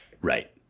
right